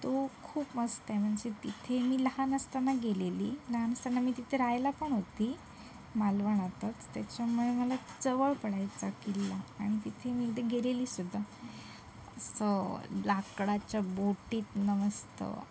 तो खूप मस्त आहे म्हणजे तिथे मी लहान असताना गेलेले लहान असताना मी तिथे राहायला पण होते मालवणातच त्याच्यामुळे मला जवळ पडायचा किल्ला आणि तिथे मी एकदा गेलेले सुद्धा असं लाकडाच्या बोटीतनं मस्त